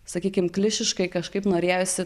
sakykime klišiškai kažkaip norėjosi